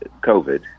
covid